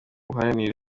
ubuhahirane